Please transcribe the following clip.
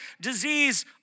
disease